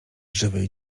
żywej